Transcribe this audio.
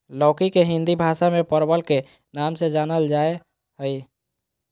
लौकी के हिंदी भाषा में परवल के नाम से जानल जाय हइ